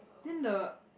then the